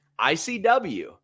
ICW